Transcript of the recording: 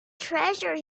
treasure